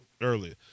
earlier